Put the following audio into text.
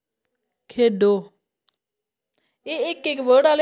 खेढो एह् इक इक वर्ड आह्ले